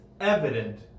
evident